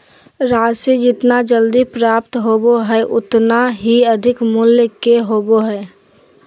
राशि जितना जल्दी प्राप्त होबो हइ उतना ही अधिक मूल्य के होबो हइ